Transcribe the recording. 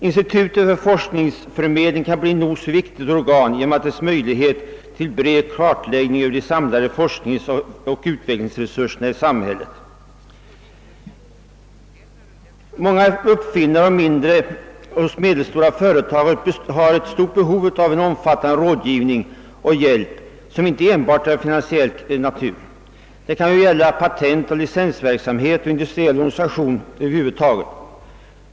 Institutet för forskningsförmedling kan bli ett nog så viktigt organ genom sin möjlighet till bred kartläggning av de samlade forskningsoch utvecklingsresurserna i samhället. Många uppfinnare och mindre och medelstora företag har stort behov av en omfattande rådgivning och hjälp, som inte enbart är av finansiell natur. Det kan gälla patent, licensverksamhet och industriell organisation över huvud taget.